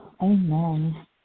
Amen